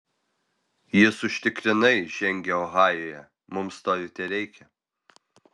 jis užtikrinai žengia ohajuje mums to ir tereikia